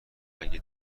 مگه